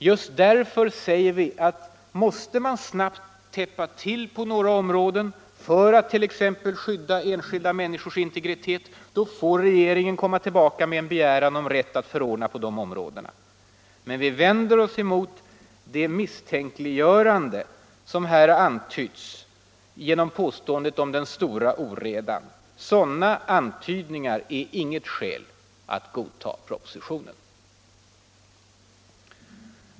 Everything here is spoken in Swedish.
Just därför säger vi att om man snabbt måste täppa till på något område för att t.ex. skydda enskilda människors integritet så får regeringen komma tillbaka med begäran om rätt att förordna på dessa områden. Men vi vänder oss emot det misstänkliggörande som här bedrivs genom påståendet om ”den stora oredan.” Sådana antydningar är inget skäl att godta propositionen.